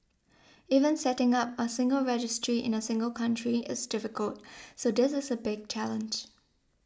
even setting up a single registry in a single country is difficult so this is a big challenge